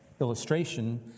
illustration